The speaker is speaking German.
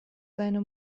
seine